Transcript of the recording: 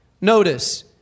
Notice